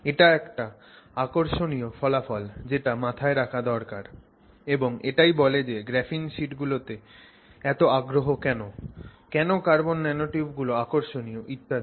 এটা একটা আকর্ষণীয় ফলাফল যেটা মাথায় রাখা দরকার এবং এটাই বলে যে গ্রাফিন শিট গুলোতে এত আগ্রহ কেন কেন কার্বন ন্যানোটিউব গুলো আকর্ষণপূর্ণ ইত্যাদি